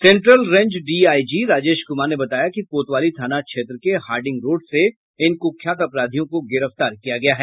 central range DIG Rajesh Kumar ने बताया कि कोतवाली थाना क्षेत्र के हार्डिंग रोड से इन कुख्यात अपराधियों को गिरफ्तार किया गया है